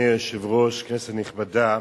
אדוני היושב-ראש, כנסת נכבדה,